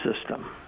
system